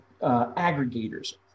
aggregators